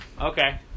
Okay